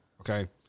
Okay